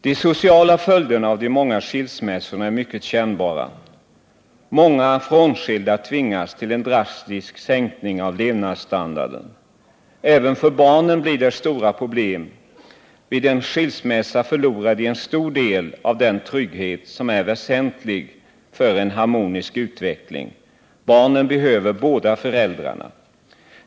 De sociala följderna av de många skilsmässorna är mycket kännbara. Många frånskilda tvingas till en drastisk sänkning av levnadsstandarden. Även för barnen blir det stora problem; vid en skilsmässa förlorar de en stor del av den trygghet som är väsentlig för en harmonisk utveckling. Barnen behöver båda föräldrarna.